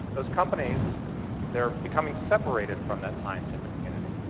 those companies they are becoming separated from that scientific community.